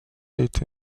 été